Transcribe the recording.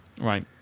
Right